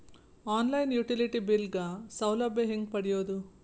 On line utility bill ಗ ಸೌಲಭ್ಯ ಹೇಂಗ ಪಡೆಯೋದು?